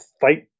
fight